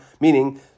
meaning